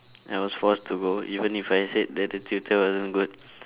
I was forced to go even if I said that the tutor wasn't good